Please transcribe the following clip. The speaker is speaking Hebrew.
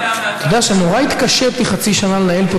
אתה יודע שנורא התקשיתי חצי שנה לנהל פה